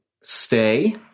Stay